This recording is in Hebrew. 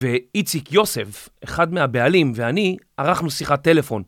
ואיציק יוסף, אחד מהבעלים ואני, ערכנו שיחת טלפון.